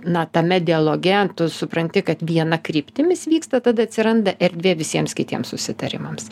na tame dialoge tu supranti kad viena kryptim jis vyksta tada atsiranda erdvė visiems kitiems susitarimams